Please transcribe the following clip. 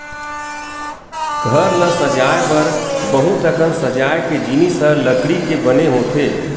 घर ल सजाए बर बहुत अकन सजाए के जिनिस ह लकड़ी के बने होथे